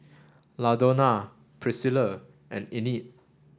Ladonna Priscilla and Enid